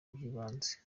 by’ibanze